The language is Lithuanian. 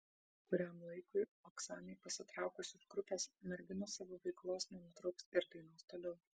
kuriam laikui oksanai pasitraukus iš grupės merginos savo veiklos nenutrauks ir dainuos toliau